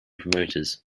promoters